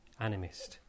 Animist